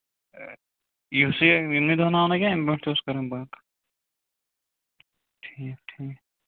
یُس یہِ یِمنٕے دۅہَن آو نا کیٚنٛہہ اَمہِ برٛونٛٹھ تہِ اوس کران بَنک ٹھیٖک ٹھیٖک